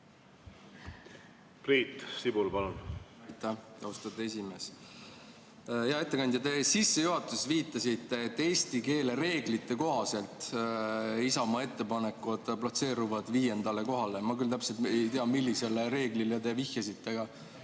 esimees! Hea ettekandja, te sissejuhatuses viitasite, et eesti keele reeglite kohaselt Isamaa ettepanekud platseeruvad 5. kohale. Ma küll täpselt ei tea, millisele reeglile te vihjasite,